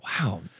Wow